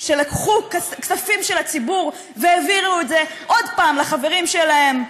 שלקחו כספים של הציבור והעבירו את זה עוד פעם לחברים שלהם,